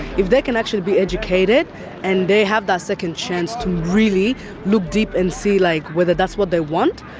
if they can actually be educated and they have that second chance to really look deep and see like whether that's what they want,